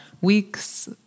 weeks